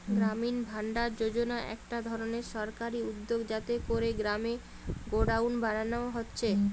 গ্রামীণ ভাণ্ডার যোজনা একটা ধরণের সরকারি উদ্যগ যাতে কোরে গ্রামে গোডাউন বানানা হচ্ছে